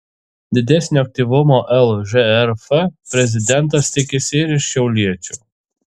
didesnio aktyvumo lžrf prezidentas tikisi ir iš šiauliečių